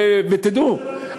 ותדעו,